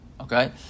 Okay